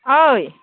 ओइ